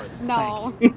No